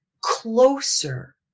closer